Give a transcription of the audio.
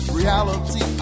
reality